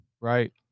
Right